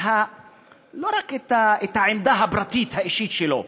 לא רק את העמדה הפרטית האישית שלו,